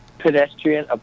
pedestrian